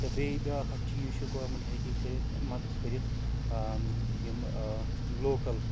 تہٕ بیٚیہِ بیٛاکھ اَکھ چیٖز چھُ گورمِٮ۪نٛٹ ہیٚکہِ کٔرِتھ مَدد کٔرِتھ یِم لوکَل